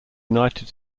united